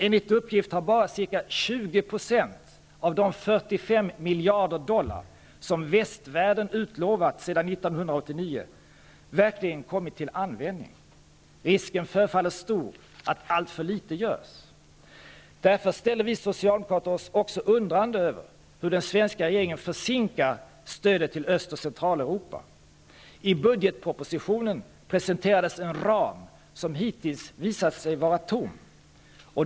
Enligt uppgift har bara ca 20 % av de 45 miljarder dollar som västvärlden utlovat sedan 1989 verkligen kommit till användning. Risken förefaller stor att alltför litet görs. Därför ställer vi socialdemokrater oss undrande över hur den svenska regeringen försinkar stödet till Öst och Centraleuropa. I budgetpropositionen presenterades en ram, som hittills visat sig vara tom.